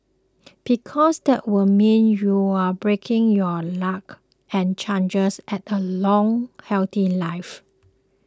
because that would mean you're breaking your luck and chances at a long healthy life